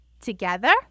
Together